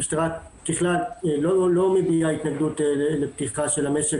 המשטרה ככלל לא מביעה התנגדות לפתיחה של המשק